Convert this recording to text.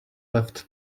left